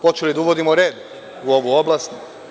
Počeli da uvodimo red u ovu oblast.